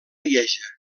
lieja